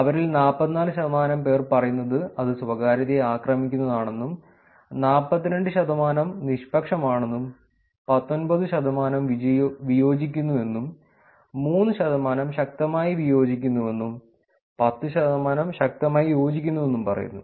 അവരിൽ 44 ശതമാനം പേർ പറയുന്നത് അത് സ്വകാര്യതയെ ആക്രമിക്കുന്നതാണെന്നും 42 ശതമാനം നിഷ്പക്ഷമാണെന്നും 19 ശതമാനം വിയോജിക്കുന്നു എന്നും 3 ശതമാനം ശക്തമായി വിയോജിക്കുന്നുവെന്നും 10 ശതമാനം ശക്തമായി യോജിക്കുന്നുവെന്നും പറയുന്നു